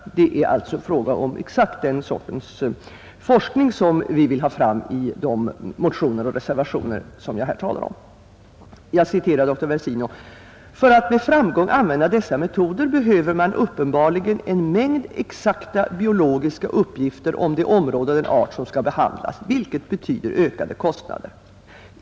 Det är alltså fråga om exakt den sortens forskning som vi vill ha fram i de motioner och reservationer som jag här talar om. Jag citerar nu dr Versino: ”För att med framgång använda dessa metoder behöver man uppenbarligen en mängd exakta biologiska uppgifter om det område och den art som skall behandlas, vilket betyder ökade kostnader.